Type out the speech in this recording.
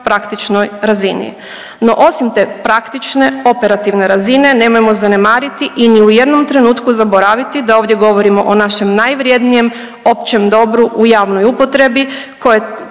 praktičnoj razini. No, osim te praktične operativne razine nemojmo zanemariti i ni u jednom trenutku zaboraviti da ovdje govorimo o našem najvrijednije općem dobru u javnoj upotrebi koje